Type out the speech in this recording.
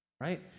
right